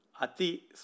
ati